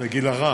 לגיל הרך,